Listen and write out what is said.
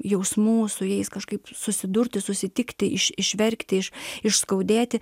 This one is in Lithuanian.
jausmų su jais kažkaip susidurti susitikti iš išverkti iš išskaudėti